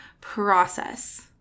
process